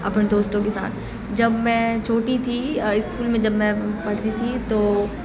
اپنے دوستوں کے ساتھ جب میں چھوٹی تھی اسکول میں جب میں پڑھتی تھی تو